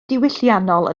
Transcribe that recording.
diwylliannol